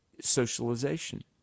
socialization